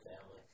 family